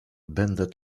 będę